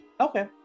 okay